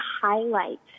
highlight